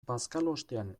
bazkalostean